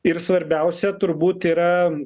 ir svarbiausia turbūt yra